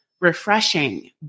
refreshing